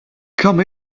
come